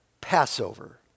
Passover